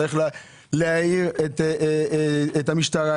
להעיר את המשטרה,